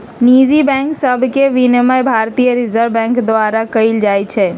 निजी बैंक सभके विनियमन भारतीय रिजर्व बैंक द्वारा कएल जाइ छइ